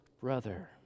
brother